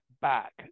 back